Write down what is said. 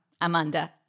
Amanda